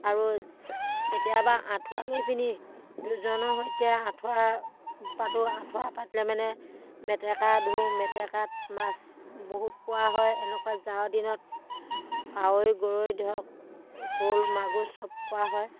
আৰু কেতিয়াবা আঁঠুৱা লৈ পিনি দুজনৰ সৈতে আঁঠুৱা পাতোঁ আঁঠুৱা পাতিলে মানে মেটেকা ধোওঁ মেটেকাত মাছ বহুত পোৱা হয় এনেকুৱা জাৰৰ দিনত কাৱৈ গৰৈ ধৰক শ'ল মাগুৰ চব পোৱা হয়